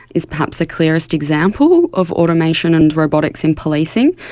is perhaps the clearest example of automation and robotics in policing.